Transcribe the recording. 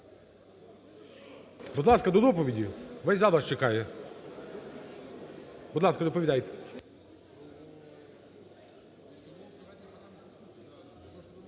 будь ласка, до доповіді. Весь зал вас чекає. Будь ласка, доповідайте.